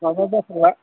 माबा जाथारबाय